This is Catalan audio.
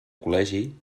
col·legi